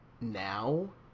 now